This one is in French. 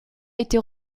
été